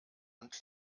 und